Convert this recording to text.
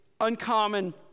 uncommon